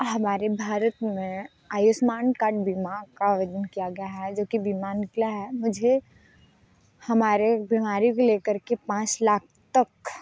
हमारे भारत में आयुष्मान कार्ड बीमा का आवेदन किया गया है जो कि बीमा निकला है मुझे हमारे बीमारियों को ले कर के पाँच लाख तक